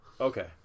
Okay